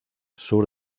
sur